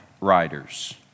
writers